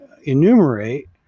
enumerate